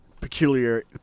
peculiar